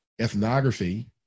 ethnography